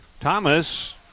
Thomas